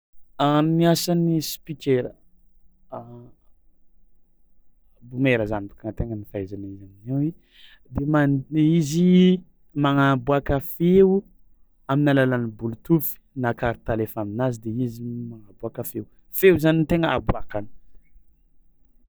A ny asan'ny speaker, bomera zany bôka ny an-tegna ny fahaizana izy aminay hoe de man- izy magnaboàka feo amin'ny alalan'ny bluetooth na carte alefa aminazy de izy magnaboàka feo, feo zany no tegna aboàkany.